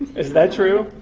is that true?